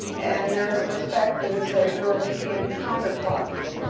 and they're as respected as their european counterparts.